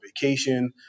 vacation